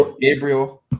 Gabriel